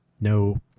no